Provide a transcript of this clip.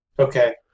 Okay